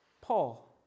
Paul